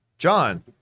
John